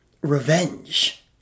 revenge